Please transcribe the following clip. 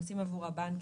הם עושים עבור הבנקים.